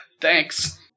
Thanks